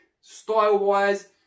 Style-wise